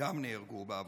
גם נהרגו בעבודתם,